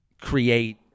create